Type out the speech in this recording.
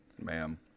Ma'am